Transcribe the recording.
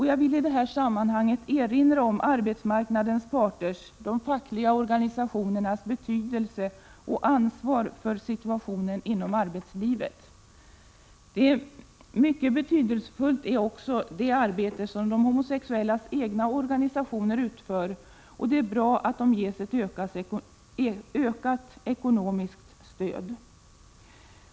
Jag vill i sammanhanget erinra om arbetsmarknadens parters, de fackliga organisationernas, betydelse och ansvar för situationen inom arbetslivet. Mycket betydelsefullt är också det arbete som de homosexuellas egna organisationer utför. Det är bra att de ges ökat ekonomiskt stöd.